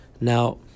Now